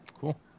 Cool